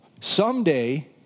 Someday